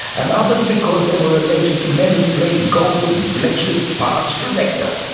and others because they were related to men who played golf with bletchley park's director.